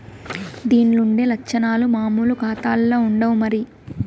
దీన్లుండే లచ్చనాలు మామూలు కాతాల్ల ఉండవు మరి